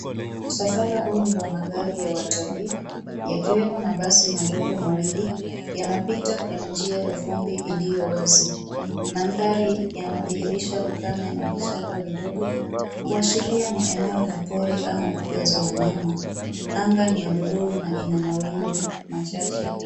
Msafara huu ni ya magari ya watalii yakiwemp mabasi madogo mawili. Yanapita kwenye njia ya vumbi iliyo wazi. Mandhari hii yanadhihirisha ukame na vichaka vidogo kuashiria ni eneo la pori au mbuga za wanyama. Anga ni ya buluu na ina mawingu machache.